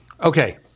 Okay